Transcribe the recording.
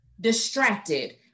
Distracted